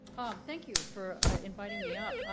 thank you for inviting me up.